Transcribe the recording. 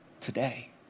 today